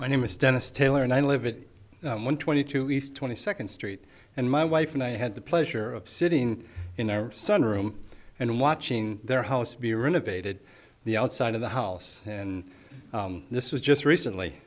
my name is dennis taylor and i live it one twenty two east twenty second street and my wife and i had the pleasure of sitting in our sun room and watching their house be renovated the outside of the house and this was just recently